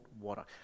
water